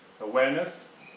Awareness